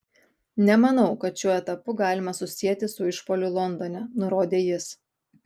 nemanau kad šiuo etapu galima susieti su išpuoliu londone nurodė jis